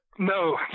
no